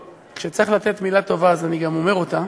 כשצריך לתת מילה טובה אני גם אומר אותה.